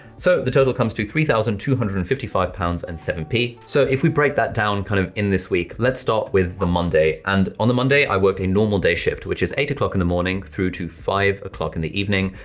so the total comes to three thousand two hundred and fifty five pounds and seven p. so if we break that down kind of in this week, lets start with the monday and on the monday i worked a normal day shift, which is eight o'clock in the morning through to five o'clock in the evening,